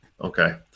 okay